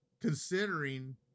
considering